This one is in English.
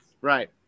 right